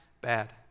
bad